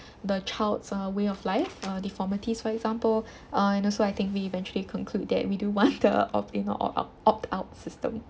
the child's uh way of life uh deformities for example uh and also I think we eventually conclude that we do want the opt in or opt out opt out system